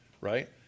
right